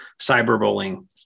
cyberbullying